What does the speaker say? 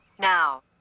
now